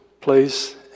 place